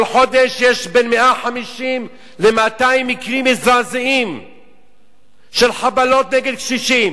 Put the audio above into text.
כל חודש יש בין 150 ל-200 מקרים מזעזעים של חבלות נגד קשישים.